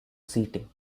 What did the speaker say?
seating